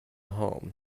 home